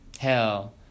hell